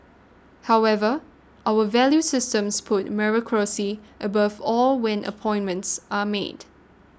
however our value systems puts meritocracy above all when appointments are made